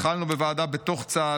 התחלנו בוועדה בתוך צה"ל,